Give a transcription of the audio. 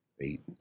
eight